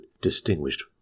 distinguished